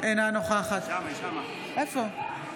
בעד בבקשה, אנחנו עוברים